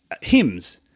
hymns